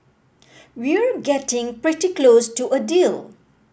we're getting pretty close to a deal